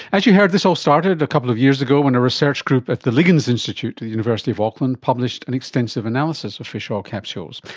as you heard, this all started a couple of years ago when a research group at the liggins institute at the university of auckland published an extensive analysis of fish oil capsules.